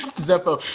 zeffo.